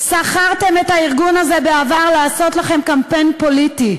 שכרתם את הארגון הזה בעבר לעשות לכם קמפיין פוליטי.